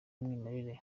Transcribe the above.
w’umwimerere